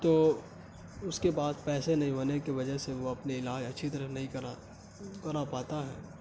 تو اس کے بات پیسے نہیں ہونے کے وجہ سے وہ اپنے علاج اچھی طرح نہیں کرا کرا پاتا ہے